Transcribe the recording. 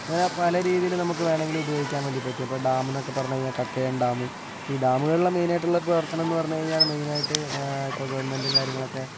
അങ്ങനെ പലരീതിയിലും നമുക്ക് വേണമെങ്കിൽ ഉപയോഗിക്കാൻ വേണ്ടി പറ്റും ഇപ്പോൾ ഡാമെന്നൊക്കെ പറഞ്ഞുകഴിഞ്ഞാൽ കക്കയം ഡാമ് ഈ ഡാമുകളിലെ മെയ്നായിട്ടുള്ള പ്രവർത്തനമെന്നു പറഞ്ഞുകഴിഞ്ഞാൽ അത് മെയ്നായിട്ട് ഇപ്പോൾ ഗവൺമെന്റും കാര്യങ്ങളൊക്കെ